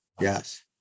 Yes